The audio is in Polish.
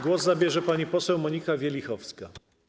Głos zabierze pani poseł Monika Wielichowska.